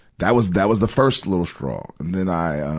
that was, that was the first little straw. and then i, um,